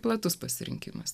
platus pasirinkimas